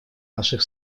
наших